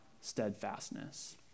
steadfastness